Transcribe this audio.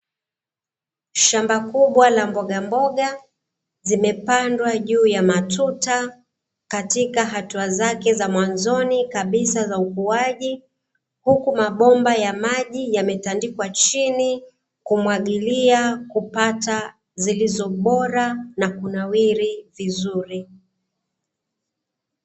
Shamba kubwa la mbogamboga zimepandwa juu ya matuta katika hatua zake za mwanzoni kabisa za ukuaji, huku mabomba ya maji yametandikwa chini kumwagilia kupata zilizobora na kunawiri vizuri.